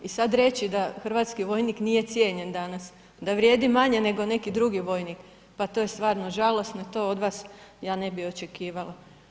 I sad reći da hrvatski vojnik nije cijenjen danas, da vrijedi manje nego neki drugi vojnik, pa to je stvarno žalosno i to od vas ja ne bih očekivala.